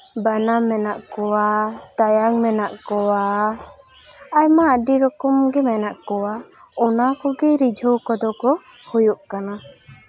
ᱵᱟᱱᱟ ᱢᱮᱱᱟᱜ ᱠᱚᱣᱟ ᱛᱟᱭᱟᱱ ᱢᱮᱱᱟᱜ ᱠᱚᱣᱟ ᱟᱭᱢᱟ ᱟᱹᱰᱤ ᱨᱚᱠᱚᱢᱜᱮ ᱢᱮᱱᱟᱜ ᱠᱚᱣᱟ ᱚᱱᱟ ᱠᱚᱜᱮ ᱨᱤᱡᱷᱟᱹᱣ ᱠᱚᱫᱚ ᱠᱚ ᱦᱳᱭᱳᱜ ᱠᱟᱱᱟ